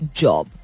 job